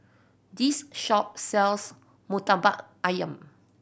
this shop sells Murtabak Ayam